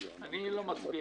אני לא מצביע.